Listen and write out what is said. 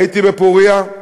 הייתי בפוריה,